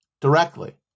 directly